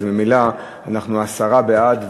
אז ממילא אנחנו עשרה בעד,